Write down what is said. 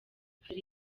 hari